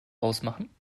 ausmachen